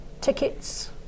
tickets